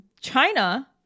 China